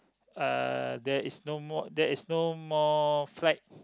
uh there is no more there is no more flight